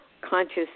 conscious